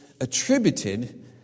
Attributed